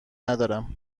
ندارم